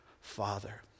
Father